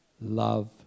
love